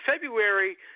February